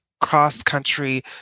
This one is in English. cross-country